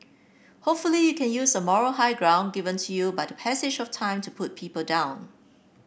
hopefully you can use a moral high ground given to you but the passage of time to put people down